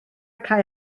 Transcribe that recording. cae